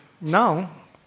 now